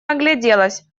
огляделась